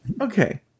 okay